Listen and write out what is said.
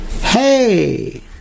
Hey